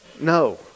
no